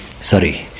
sorry